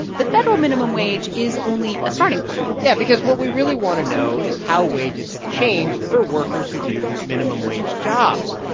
the federal minimum wage is only a starting point yeah because what we really want to know is how wages have changed for workers who do minimum wage jobs.